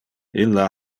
illa